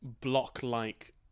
block-like